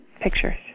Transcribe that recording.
pictures